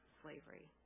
slavery